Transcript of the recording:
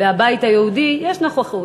ומהבית היהודי יש נוכחות,